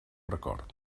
record